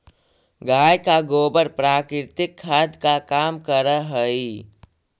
गाय का गोबर प्राकृतिक खाद का काम करअ हई